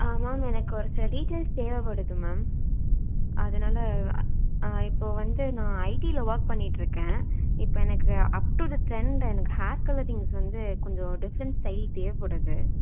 ma'am எனக்கு ஒருசில details தேவைப்படுது மேம் அதனால் இப்போது வந்து நான் ஐடியில் ஒர்க் பண்ணிகிட்டிருக்கேன் இப்போ எனக்கு அப் டு த ட்ரெண்ட் எனக்கு ஹேர் கலரிங்ஸ் வந்து கொஞ்சம் டிஃப்ரெண்ட் ஸ்டைல் தேவைப்படுது